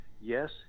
Yes